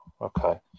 okay